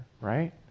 right